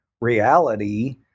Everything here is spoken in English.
reality